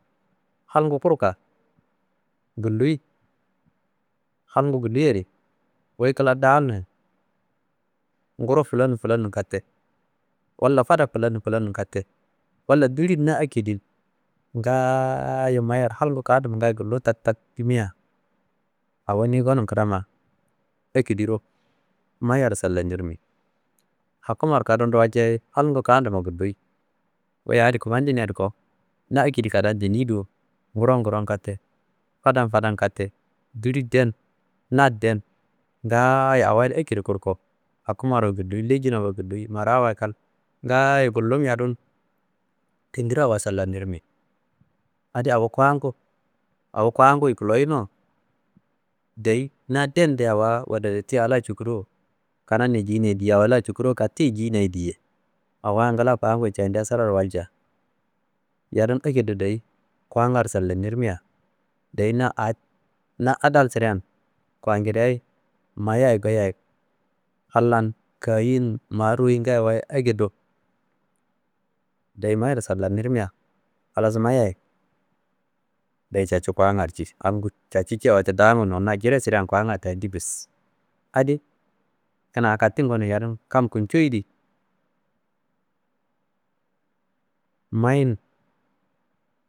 Halngu kurka guluyi halngu guluyadi wuyi kla daalin ngoro flan flan kate wallafad flani n flani n kate, walla dulin na akedin ngaayo mayiyaro halngu kandumma ngayi gulum taktak yimia awo niyi ngomum kidama ekediro mayiyaro salamkirmi hakumaro kadomro walciaye halngu kandumma gulluyi, wuyi a adi kummadinadi ko na ekedi kadan leniyido ngoro n ngoro n kate fad- n fada n kate duliyi den, na den ngaayo awadi ekero kurko hakumaroye kuluyi, ledjina waye guluyi, marawa kal ngaayo gullum yadum tindiro awa sallamnirmi adi awo kuwangu awo kuwanguyi koloyino deyi na den de waradati a la cukuro kananniyi jina ye diye, awo la cukuruwu katiyi jina ye diye awa ngila kuwanguyi candea sirawuro walca yadum ekedo deyi kuwangaro salamnirmia deyi na a, na adal sidean kuwangidayi mayayi goyeyi hal lan kayi n ma royi n ngayiwayi egedo deyimayiro sallamnirmia halas mayiyayi deyi cacu kuwangaro ciyi. Halngu cacu ciya danguyi nowuno na jire sidean kuwanga tandi bes. Adi kina a katin gonum yadum kam kuncoyedi mayiyi n